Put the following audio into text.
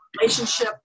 relationship